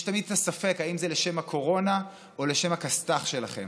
יש תמיד ספק אם זה לשם הקורונה או לשם הכסת"ח שלכם.